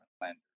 lenders